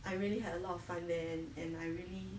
I really had a lot of fun there and I really